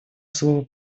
слово